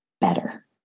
better